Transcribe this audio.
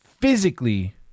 physically